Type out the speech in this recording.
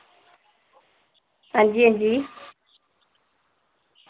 अंजी अंजी